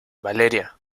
valeria